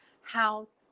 house